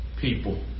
people